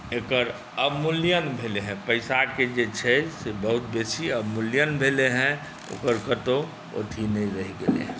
एकर अवमूल्यन भेलै हेँ पैसाके जे छै से बहुत बेसी अवमूल्यन भेलै हेँ ओकर कतहु अथी नहि रहि गेलै हेँ